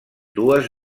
dues